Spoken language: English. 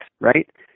right